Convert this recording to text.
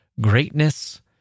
greatness